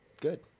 good